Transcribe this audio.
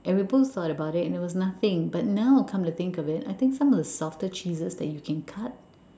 and we both thought about it and it was nothing but now I've come to think of it I think some of the softer cheeses that you can cut